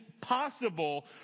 possible